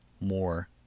more